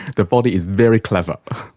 the body is very clever.